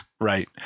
right